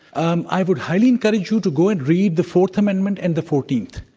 um i would highly encourage you to go and read the fourth amendment and the fourteenth.